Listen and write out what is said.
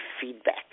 feedback